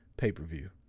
pay-per-view